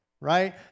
right